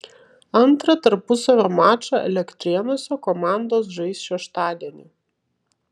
antrą tarpusavio mačą elektrėnuose komandos žais šeštadienį